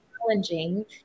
challenging